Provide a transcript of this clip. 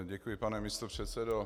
Děkuji, pane místopředsedo.